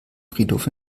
friedhof